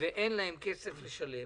ואין להם כסף לשלם.